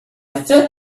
thought